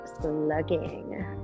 slugging